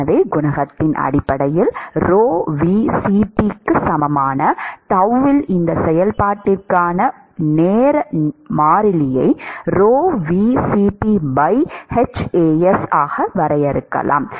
எனவே குணகத்தின் அடிப்படையில் ρVCp க்கு சமமான ԏ இல் இந்தச் செயல்பாட்டிற்கான நேர மாறிலியை ρVCp h As ஆக வரையறுக்கலாம்